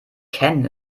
ken